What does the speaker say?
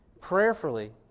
prayerfully